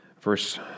verse